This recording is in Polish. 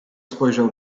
spojrzał